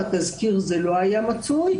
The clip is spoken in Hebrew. בתזכיר זה לא היה מצוי,